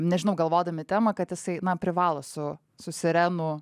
nežinau galvodami temą kad jisai na privalo su su sirenų